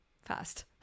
fast